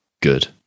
good